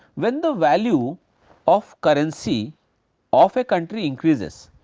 when the value of currency of a country increases,